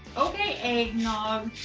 okay, eggnog,